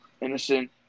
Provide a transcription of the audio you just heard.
innocent